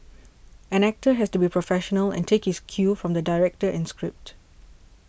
an actor has to be professional and take his cue from the director and script